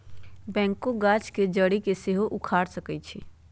backhoe गाछ के जड़ी के सेहो उखाड़ सकइ छै